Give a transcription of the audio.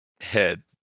head